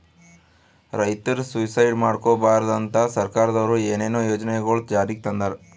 ರೈತರ್ ಸುಯಿಸೈಡ್ ಮಾಡ್ಕೋಬಾರ್ದ್ ಅಂತಾ ಸರ್ಕಾರದವ್ರು ಏನೇನೋ ಯೋಜನೆಗೊಳ್ ಜಾರಿಗೆ ತಂದಾರ್